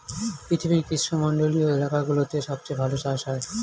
পৃথিবীর গ্রীষ্মমন্ডলীয় এলাকাগুলোতে সবচেয়ে ভালো চাষ হয়